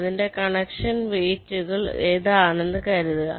അതിന്റെ കണക്ഷൻ വെയ്റ്റുകൾ ഇതാണെന്നു കരുതുക